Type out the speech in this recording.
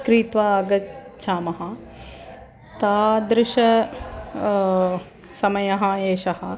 क्रीत्वा गच्छामः तादृशः समयः एषः